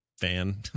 fan